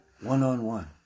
one-on-one